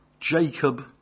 Jacob